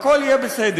הכול יהיה בסדר.